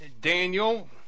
Daniel